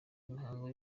imihango